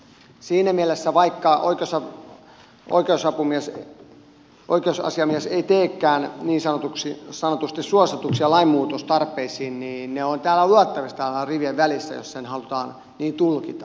siinä mielessä vaikka oikeusasiamies ei teekään niin sanotusti suosituksia lainmuutostarpeisiin ne ovat täällä luettavissa täällähän ne ovat rivien välissä jos halutaan niin tulkita